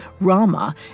Rama